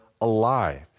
alive